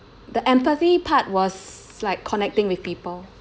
the empathy part was like connecting with people